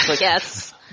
Yes